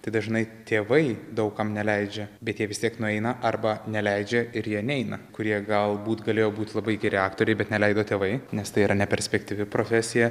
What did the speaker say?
tai dažnai tėvai daug kam neleidžia bet jie vis tiek nueina arba neleidžia ir jie neina kurie galbūt galėjo būt labai geri aktoriai bet neleido tėvai nes tai yra neperspektyvi profesija